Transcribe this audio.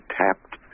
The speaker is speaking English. tapped